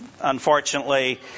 unfortunately